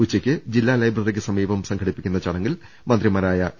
ഉച്ചയ്ക്ക് ജില്ലാ ലൈബ്ര റിയ്ക്ക് സമീപം സംഘടിപ്പിക്കുന്ന ചടങ്ങിൽ മന്ത്രിമാരായ എ